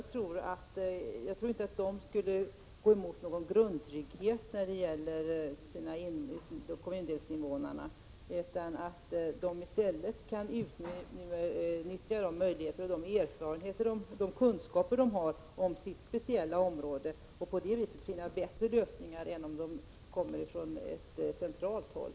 Jag tror inte att de skulle gå emot någon grundtrygghet när det gäller deras kommundels invånare, utan att de i stället skulle kunna utnyttja de möjligheter, erfarenheter och kunskaper som de har om sitt speciella område och på det viset finna bättre lösningar än dem som kommer från centralt håll.